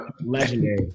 legendary